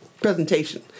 presentation